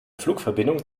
flugverbindung